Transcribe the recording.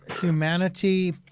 humanity